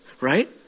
right